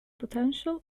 potential